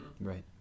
Right